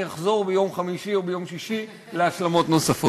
אחזור ביום חמישי או ביום שישי להשלמות נוספות.